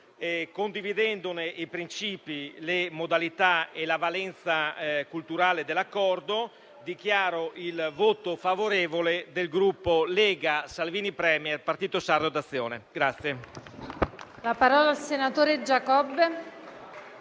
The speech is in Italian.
Condividendo i principi, le modalità e la valenza culturale dell'Accordo, dichiaro il voto favorevole del Gruppo Lega Salvini Premier-Partito Sardo d'Azione.